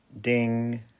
Ding